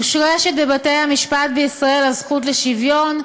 מושרשת בבתי-המשפט בישראל הזכות לשוויון.